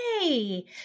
hey